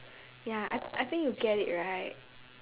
ya I I think you get it right